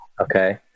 Okay